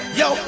yo